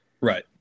Right